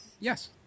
Yes